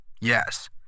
Yes